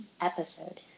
episode